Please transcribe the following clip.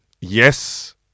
yes